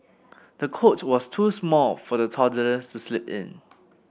the cot was too small for the toddler to sleep in